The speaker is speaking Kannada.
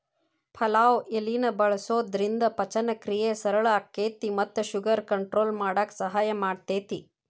ಪಲಾವ್ ಎಲಿನ ಬಳಸೋದ್ರಿಂದ ಪಚನಕ್ರಿಯೆ ಸರಳ ಆಕ್ಕೆತಿ ಮತ್ತ ಶುಗರ್ ಕಂಟ್ರೋಲ್ ಮಾಡಕ್ ಸಹಾಯ ಮಾಡ್ತೆತಿ